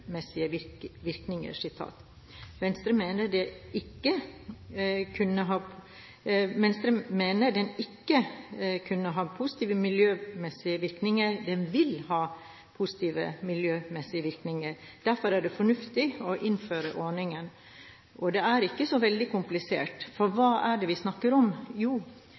virkninger.» Venstre mener den ikke bare kunne ha positive miljømessige virkninger, den vil ha positive miljømessige virkninger. Derfor er det fornuftig å innføre ordningen. Det er ikke så veldig komplisert. For hva er det vi snakker om? Jo,